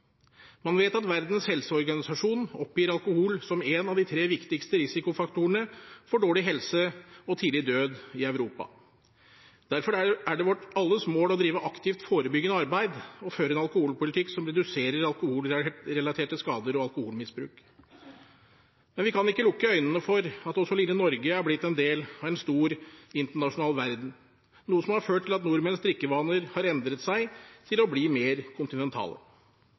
Man vet at Verdens helseorganisasjon oppgir alkohol som en av de tre viktigste risikofaktorene for dårlig helse og tidlig død i Europa. Derfor er det alles mål å drive aktivt forebyggende arbeid og føre en alkoholpolitikk som reduserer alkoholrelaterte skader og alkoholmisbruk. Men vi kan ikke lukke øynene for at også lille Norge er blitt en del av en stor internasjonal verden, noe som har ført til at nordmenns drikkevaner har endret seg til å bli mer kontinentale.